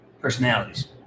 personalities